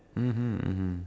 mmhmm mmhmm